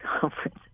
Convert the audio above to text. conference